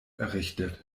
errichtet